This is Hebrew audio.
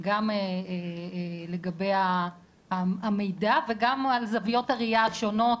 גם לגבי המידע וגם על זוויות הראייה השונות,